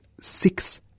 Six